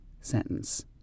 sentence